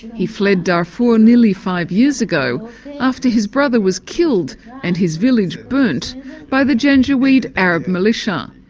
he fled darfur nearly five years ago after his brother was killed and his village burnt by the janjaweed arab militia.